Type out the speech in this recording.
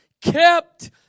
kept